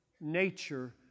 nature